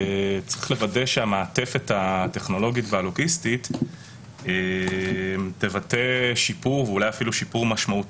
צריך לוודא שהמעטפת הטכנולוגית והלוגיסטית תבטא שיפור,